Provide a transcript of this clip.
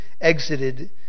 exited